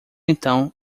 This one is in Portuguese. então